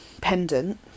pendant